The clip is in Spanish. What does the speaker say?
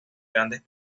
grandes